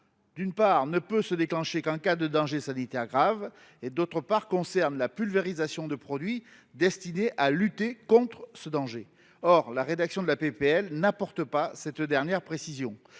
d’une part, ne peut se déclencher qu’en cas de danger sanitaire grave et, d’autre part, concerne la pulvérisation de produits destinés à lutter contre ce danger. Or la rédaction de la proposition de loi n’apporte pas cette dernière précision.